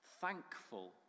thankful